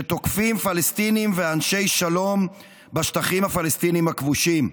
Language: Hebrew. שתוקפים פלסטינים ואנשי שלום בשטחים הפלסטינים הכבושים.